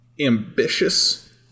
ambitious